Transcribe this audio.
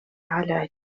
على